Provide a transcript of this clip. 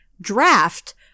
draft